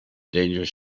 dangerous